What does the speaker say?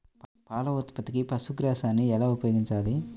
పాల ఉత్పత్తికి పశుగ్రాసాన్ని ఎలా ఉపయోగించాలి?